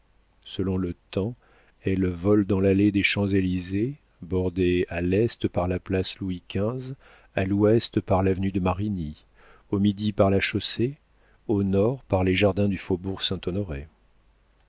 selon le temps elle vole dans l'allée des champs-élysées bordée à l'est par la place louis xv à l'ouest par l'avenue de marigny au midi par la chaussée au nord par les jardins du faubourg-saint-honoré